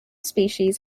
species